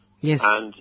Yes